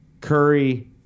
Curry